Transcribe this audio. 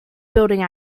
building